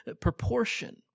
proportion